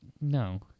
No